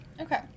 Okay